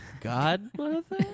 godmother